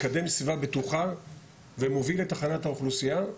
מקדם סביבה בטוחה ומוביל את הכנת האוכלוסיה,